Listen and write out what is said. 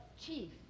Chief